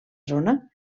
zona